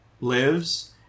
lives